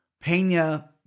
Pena